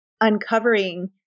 uncovering